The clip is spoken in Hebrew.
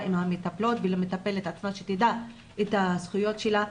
עם המטפלות ולמטפלת עצמה כדי שתדע את הזכויות שלה.